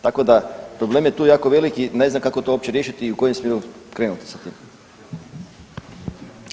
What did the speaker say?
Tako da problem je tu jako veliki, ne znam kako to uopće riješiti i u kojem smjeru krenuti sa tim.